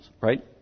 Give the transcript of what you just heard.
right